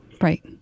right